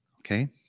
Okay